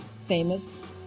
famous